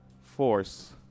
force